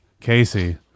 Casey